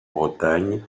bretagne